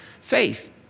faith